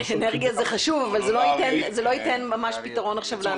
אנרגיה זה חשוב אבל זה לא ייתן עכשיו ממש פתרון לאנשים שם.